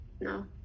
No